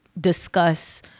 discuss